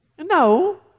No